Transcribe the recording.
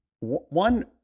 One